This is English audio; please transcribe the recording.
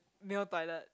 male toilet